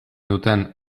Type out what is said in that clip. duten